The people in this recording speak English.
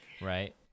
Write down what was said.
Right